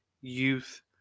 youth